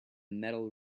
metal